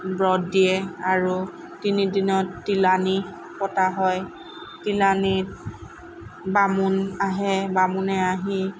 ব্ৰত দিয়ে আৰু তিনি দিনত তিলানী পতা হয় তিলানীত বামুণ আহে বামুণে আহি